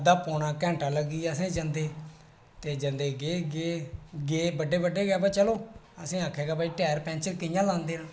अद्धा पौना घैंटा लग्गी गेआ असें जंदे ते जंदे गे गे गे बड़े बड़े गे पर चलो असें आखेआ हा भाई टैर पैंचर कियां लांदे ना